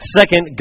Second